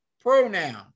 pronoun